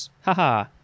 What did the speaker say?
Haha